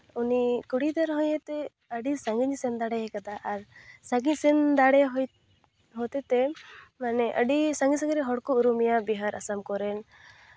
ᱩᱱᱤ ᱠᱩᱲᱤ ᱜᱤᱫᱽᱨᱟᱹ ᱦᱚᱭᱮ ᱛᱮᱭ ᱟᱹᱰᱤ ᱥᱟᱺᱜᱤᱧᱮ ᱥᱮᱱ ᱫᱟᱲᱮ ᱠᱟᱫᱟ ᱟᱨ ᱥᱟᱺᱜᱤᱧ ᱥᱮᱱ ᱫᱟᱲᱮ ᱦᱚᱛᱮᱡᱛᱮ ᱢᱟᱱᱮ ᱟᱹᱰᱤ ᱟᱹᱰᱤ ᱥᱟᱺᱜᱤᱧ ᱥᱟᱺᱜᱤᱧ ᱨᱮᱱ ᱦᱚᱲᱠᱚ ᱩᱨᱩᱢᱮᱭᱟ ᱵᱤᱦᱟᱨ ᱟᱥᱟᱢ ᱠᱚᱨᱮᱱ